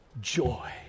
joy